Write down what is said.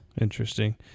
Interesting